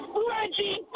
Reggie